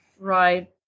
Right